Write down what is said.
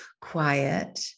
quiet